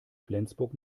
flensburg